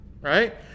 right